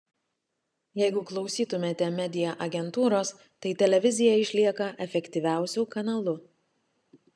jeigu klausytumėte media agentūros tai televizija išlieka efektyviausiu kanalu